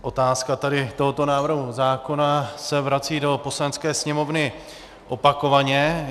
Otázka tohoto návrhu zákona se vrací do Poslanecké sněmovny opakovaně.